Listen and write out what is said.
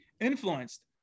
influenced